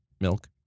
Milk